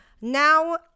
now